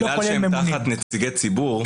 בגלל שהם תחת נציגי ציבור,